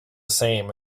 same